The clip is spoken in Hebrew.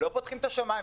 לא פותחים את השמיים.